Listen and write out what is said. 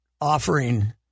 offering